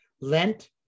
lent